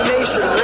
Nation